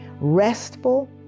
restful